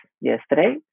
yesterday